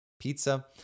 pizza